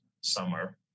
summer